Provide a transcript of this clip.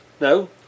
No